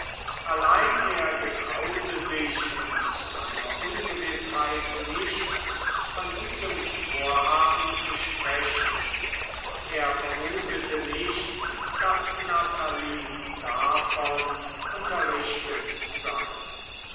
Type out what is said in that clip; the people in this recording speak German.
allein er getraute sich in seiner ungewißheit nicht von diesem vorhaben zu sprechen er vermutete nicht daß natalie davon unterrichtet sei